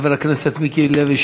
חבר הכנסת מיקי לוי,